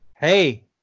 Hey